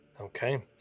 Okay